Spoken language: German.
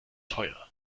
teuer